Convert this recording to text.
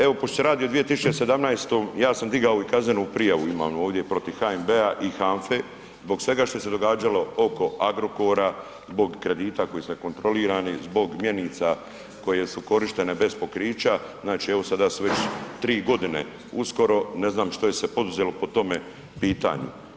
Evo pošto se radi o 2017. ja sam digao i kaznenu prijavu imam ovdje protiv HNB-a i HANFA-e zbog svega što se događalo oko Agrokora, zbog kredita koji su nekontrolirani, zbog mjenica koje su korištene bez pokrića znači evo sada su već tri godine uskoro, ne znam što je se poduzelo po tome pitanju.